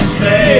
say